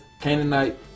Canaanite